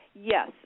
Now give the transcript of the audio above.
Yes